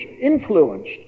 influenced